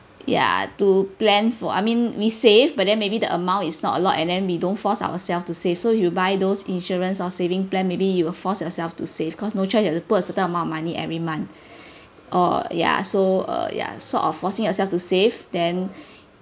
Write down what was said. ya to plan for I mean we save but then maybe the amount is not a lot and then we don't force ourselves to save so you buy those insurance or saving plan maybe you will force yourself to save cause no choice you have to put a certain amount of money every month or yah so uh ya so ya sort of forcing yourself to save then